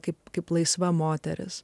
kaip kaip laisva moteris